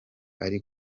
ari